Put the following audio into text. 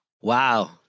Wow